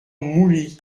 mouly